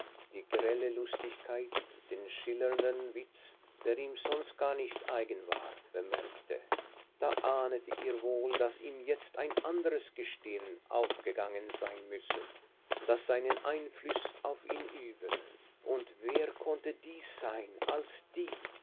die grelle lustigkeit den schillernden witz der ihm sonst gar nicht eigen war bemerkte da ahnete ihr wohl daß ihm jetzt ein anderes gestirn aufgegangen sein müsse das seinen einfluß auf ihn übe und wer konnte dies sein als die